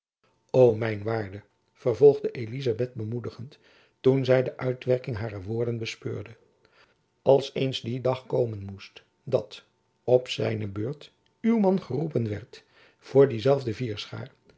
mijn waarde vervolgde elizabeth bemoedigd toen zy de uitwerking harer woorden bespeurde als eens die dag komen moest dat op zijne beurt uw man geroepen werd voor diezelfde vierschaar